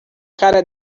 cara